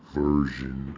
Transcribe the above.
version